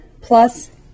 plus